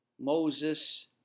Moses